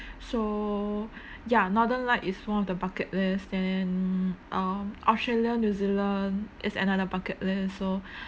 so ya northern light is one of the bucket list then uh australia new zealand is another bucket list so